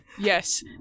Yes